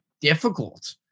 difficult